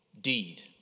deed